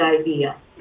idea